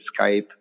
Skype